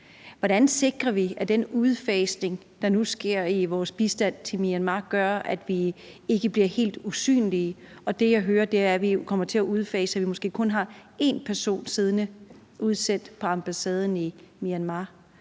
Hvordan sikrer vi, at den udfasning, der nu sker af vores bistand til Myanmar, gør, at vi ikke bliver helt usynlige. Det, jeg hører, er, at vi jo kommer til at udfase og måske kun vil have 1 person udsendt til ambassaden i Myanmar.